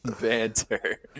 banter